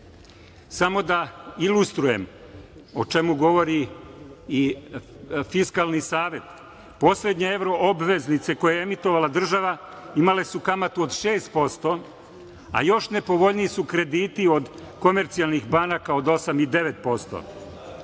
BDP.Samo da ilustrujem, o čemu govori i Fiskalni savet, poslednje evro obveznice, koje je emitovala država imale su kamatu od 6%, a još nepovoljniji su krediti od komercijalnih banaka od 8 i 9%,